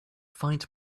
find